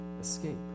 escape